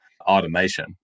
automation